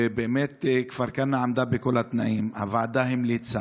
ובאמת כפר כנא עמדה בכל התנאים, והוועדה המליצה.